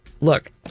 Look